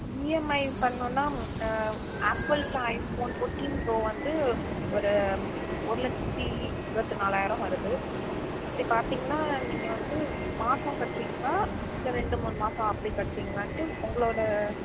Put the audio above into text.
EMI பண்ணுன்னால் Apple iPhone fourteen pro வந்து ஒரு ஒரு லட்சத்து இருபத்தி நாலாயிரம் வருது அப்படி பார்த்திங்னா நீங்கள் வந்து மாதம் கட்டுறீங்ளா இல்லை ரெண்டு மூணு மாதம் அப்படி கட்டுறீங்ளான்ட்டு உங்களோட